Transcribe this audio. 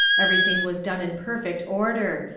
everything was done in perfect order,